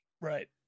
right